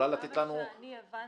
עד כמה שאני הבנתי,